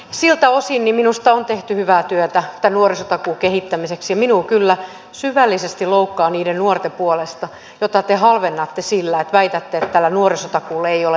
siltä osin minusta on tehty hyvää työtä tämän nuorisotakuun kehittämiseksi ja minua kyllä syvällisesti loukkaa niiden nuorten puolesta joita te halvennatte sillä että väitätte että tällä nuorisotakuulla ei ole merkitystä